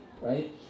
right